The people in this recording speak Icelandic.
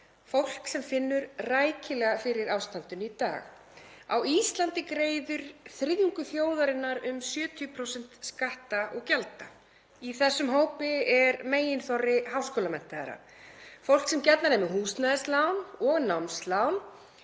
fólk sem finnur rækilega fyrir ástandinu í dag. Á Íslandi greiðir þriðjungur þjóðarinnar um 70% skatta og gjalda. Í þessum hópi er meginþorri háskólamenntaðra, fólk sem gjarnan er með húsnæðislán og námslán